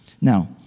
Now